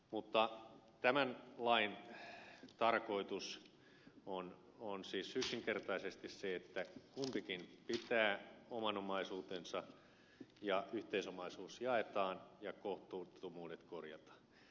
mutta tämän lain tarkoitus on siis yksinkertaisesti se että kumpikin pitää oman omaisuutensa ja yhteisomaisuus jaetaan ja kohtuuttomuudet korjataan